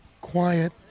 quiet